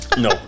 no